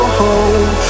home